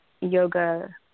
yoga